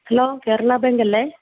hello Kerala bank അല്ലെ